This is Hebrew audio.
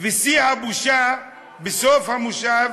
ושיא הבושה, בסוף המושב